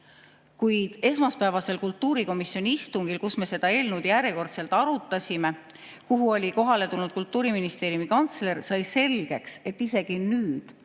Kuid esmaspäevasel kultuurikomisjoni istungil, kus me seda eelnõu järjekordselt arutasime ja kuhu oli kohale tulnud Kultuuriministeeriumi kantsler, sai selgeks, et isegi nüüd,